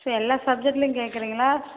எல்லா சப்ஜெக்ட்லேயும் கேட்குறிங்களா